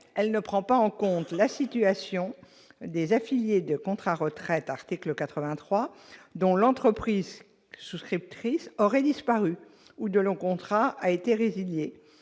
elles ne prennent pas en compte la situation des affiliés des contrats retraite « article 83 », dont l'entreprise souscriptrice aurait disparu ou dont le contrat aurait été résilié.